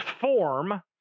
form